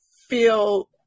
feel